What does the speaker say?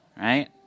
right